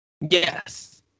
Yes